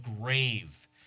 grave